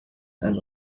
and